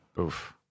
Oof